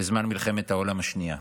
בזמן מלחמת העולם השנייה.